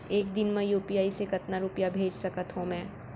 एक दिन म यू.पी.आई से कतना रुपिया भेज सकत हो मैं?